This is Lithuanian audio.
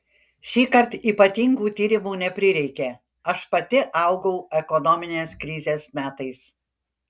šįkart ypatingų tyrimų neprireikė aš pati augau ekonominės krizės metais